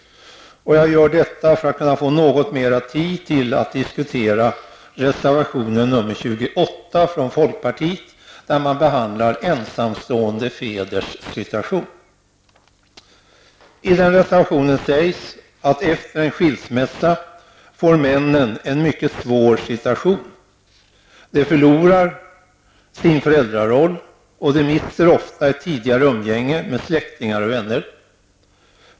Jag gör detta för att få något mer tid till att diskutera reservation 28 från folkpartiet, där man behandlar ensamstående fäders situation. I reservationen sägs att efter en skilsmässa får män en mycket svår situation. De förlorar sin föräldraroll, och de mister ofta ett tidigare umgänge med släktingar och vänner.